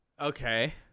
Okay